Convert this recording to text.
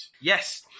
Yes